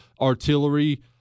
artillery